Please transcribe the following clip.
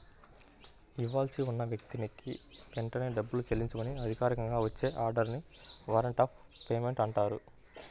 ఇవ్వాల్సి ఉన్న వ్యక్తికి వెంటనే డబ్బుని చెల్లించమని అధికారికంగా వచ్చే ఆర్డర్ ని వారెంట్ ఆఫ్ పేమెంట్ అంటారు